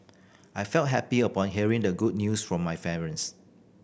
I felt happy upon hearing the good news from my parents